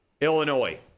Illinois